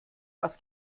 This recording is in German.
was